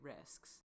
risks